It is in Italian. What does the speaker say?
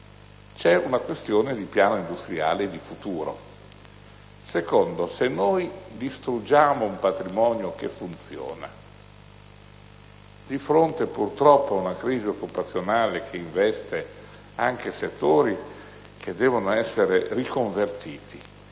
una questione di piano industriale e di futuro. In secondo luogo, se noi distruggiamo un patrimonio che funziona, di fronte, purtroppo, a una crisi occupazionale che investe anche settori che devono essere riconvertiti,